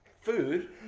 food